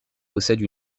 possède